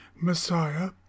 Messiah